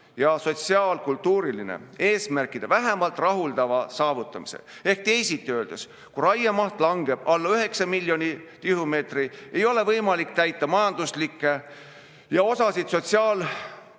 ja sotsiaal-kultuurilise valdkonna eesmärkide vähemalt rahuldava saavutamise. Ehk teisiti öeldes, kui raiemaht langeb alla 9 miljoni tihumeetri, ei ole võimalik täita majanduslikke eesmärke ega ka osa sotsiaal-kultuurilise